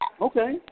Okay